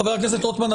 חבר הכנסת רוטמן,